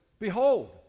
Behold